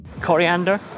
Coriander